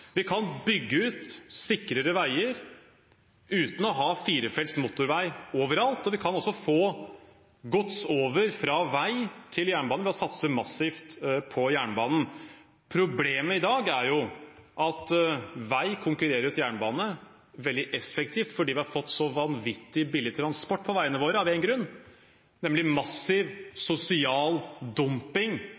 Vi kan bygge ut sikrere veier uten å ha firefelts motorvei overalt, og vi kan også få gods over fra vei til jernbane ved å satse massivt på jernbanen. Problemet i dag er jo at vei konkurrerer ut jernbane veldig effektivt fordi vi har fått så vanvittig billig transport på veiene våre av én grunn, nemlig massiv sosial dumping